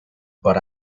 but